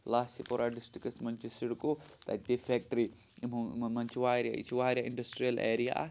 لاسی پورہ ڈِسٹِرٛکَس منٛز چھِ سِڑکو تَتہِ فیکٹِرٛی یِمو یِمو منٛز چھِ واریاہ یہِ چھُ واریاہ اِنڈَسٹِرٛیَل ایریا اَکھ